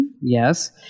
Yes